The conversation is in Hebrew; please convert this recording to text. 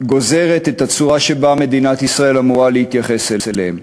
גוזרת את הצורה שבה מדינת ישראל אמורה להתייחס אליהם.